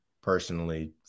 personally